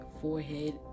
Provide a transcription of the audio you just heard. forehead